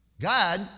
God